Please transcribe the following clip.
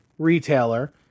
retailer